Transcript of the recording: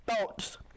thoughts